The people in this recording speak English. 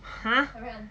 !huh!